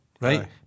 right